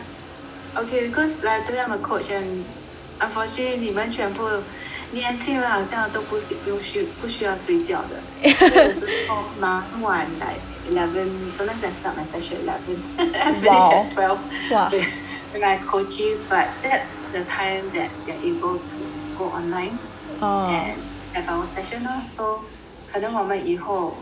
okay cause like I told you I'm a coach and unfortunately 你们全部年轻人好像不需要睡觉的所以有时候蛮晚 like eleven sometimes I start my session and I finish at twelve with my coaches but that's the time that they're able to go online and have our session lor so 可能我们以后